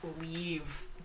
leave